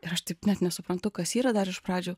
ir aš taip net nesuprantu kas yra dar iš pradžių